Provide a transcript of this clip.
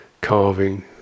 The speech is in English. carving